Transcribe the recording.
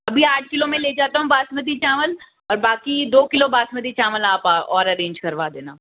अभी आठ किलो में ले जाता हूँ बासमती चावल और बाकी दो किलो बासमती चावल आप और अरेंज करवा देना